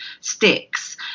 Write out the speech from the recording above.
sticks